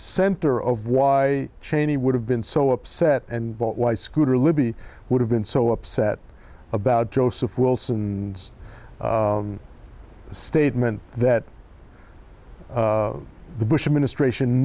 center of why cheney would have been so upset and why scooter libby would have been so upset about joseph wilson and a statement that the bush administration